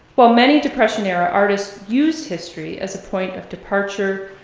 while many depression era artists use history as a point of departure,